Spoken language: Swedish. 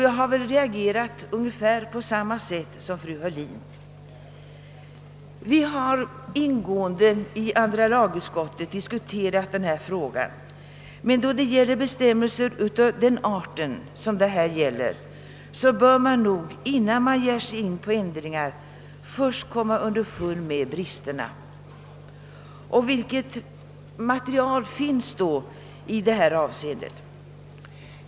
Jag har väl reagerat på ungefär samma sätt som fru Heurlin, Vi har ingående diskuterat denna fråga i andra lagutskottet, men då det gäller bestämmelser av denna art bör man nog först komma underfund med bristerna innan man ger sig in på ändringar. Vilket material finns det då i detta avseende?